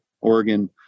Oregon